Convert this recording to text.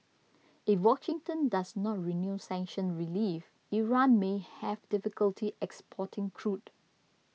if Washington does not renew sanctions relief Iran may have difficulty exporting crude